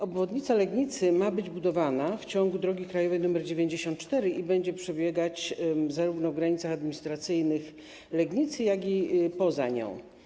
Obwodnica Legnicy ma być budowana w ciągu drogi krajowej nr 94 i będzie przebiegać zarówno w granicach administracyjnych Legnicy, jak i poza nią.